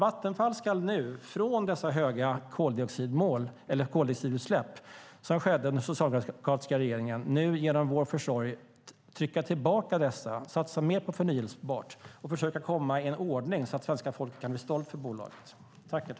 Vattenfall ska nu genom vår försorg trycka tillbaka de höga koldioxidutsläppen, som tillkom under den socialdemokratiska regeringen, satsa mer på förnybart och försöka få ordning på bolaget så att svenska folket kan bli stolt över det.